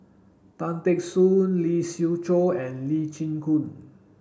Tan Teck Soon Lee Siew Choh and Lee Chin Koon